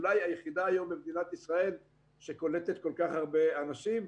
אולי היחידה היום במדינת ישראל שקולטת כל כך הרבה אנשים.